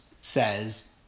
says